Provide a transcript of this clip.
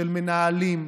של מנהלים,